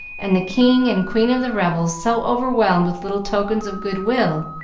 and the king and queen of the revels so overwhelmed with little tokens of good-will,